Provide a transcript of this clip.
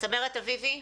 צמרת אביבי?